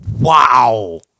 Wow